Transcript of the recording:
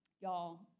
Y'all